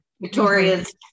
Victoria's